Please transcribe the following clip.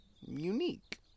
unique